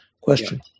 question